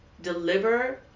deliver